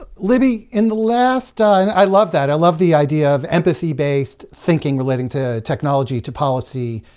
libbie, in the last, i and i love that. i love the idea of empathy-based thinking relating to technology, to policy,